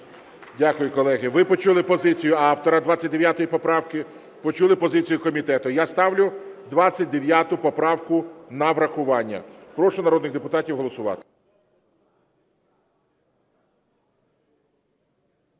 Дякую, колеги. Ви почули позицію автора 29 поправки, почули позицію комітету. Я ставлю 29 поправку на врахування. Прошу народних депутатів голосувати.